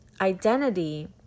identity